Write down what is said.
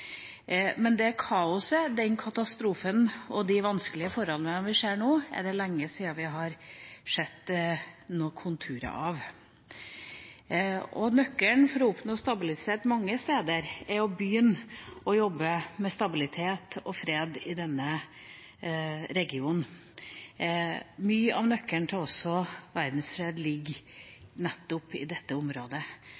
men det kaoset, den katastrofen og de vanskelige forholdene vi ser nå, er det lenge siden vi har sett noen konturer av. Og nøkkelen til å oppnå stabilitet – mange steder – er å begynne å jobbe med stabilitet og fred i denne regionen. Mye av nøkkelen også til verdensfred ligger